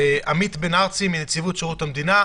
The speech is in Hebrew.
עמית בן ארצי מנציבות שירות המדינה.